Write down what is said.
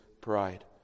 pride